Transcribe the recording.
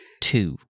two